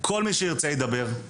כל מי שירצה ידבר.